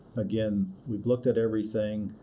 again, we've looked at everything,